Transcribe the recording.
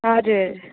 हजुर